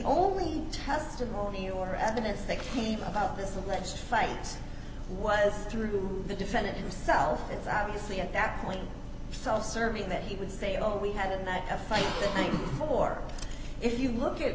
testimony or evidence that came about this alleged fight was through the defendant himself it's obviously at that point self serving that he would say oh we had that fight thing or if you look at